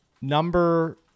Number